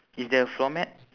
is there a floor mat